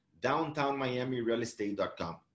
downtownmiamirealestate.com